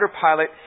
pilot